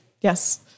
Yes